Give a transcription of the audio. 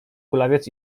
kulawiec